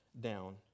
down